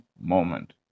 moment